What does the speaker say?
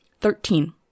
Thirteen